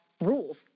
rules